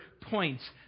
points